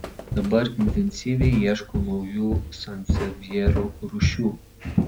dabar intensyviai ieško naujų sansevjerų rūšių